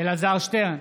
אלעזר שטרן,